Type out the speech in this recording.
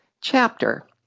chapter